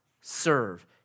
serve